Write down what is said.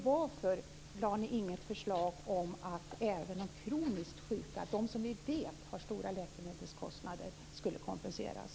Varför lade ni inte fram något förslag om att även de kroniskt sjuka, som vi vet har stora läkemedelskostnader, skulle kompenseras?